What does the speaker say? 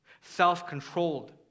self-controlled